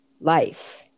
life